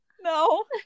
No